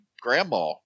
grandma